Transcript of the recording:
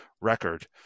record